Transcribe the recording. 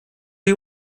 you